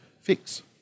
fix